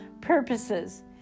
purposes